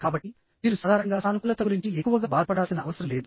కాబట్టిమీరు సాధారణంగా సానుకూలత గురించి ఎక్కువగా బాధపడాల్సిన అవసరం లేదు